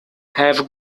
have